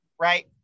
right